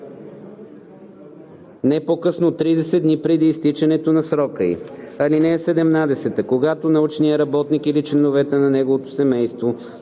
не по-късно от 30 дни преди изтичането на срока ѝ. (17) Когато научният работник или членовете на неговото семейство